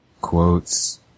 Quotes